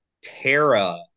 Tara